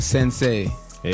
Sensei